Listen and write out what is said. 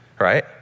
right